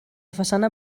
façana